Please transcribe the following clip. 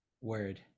Word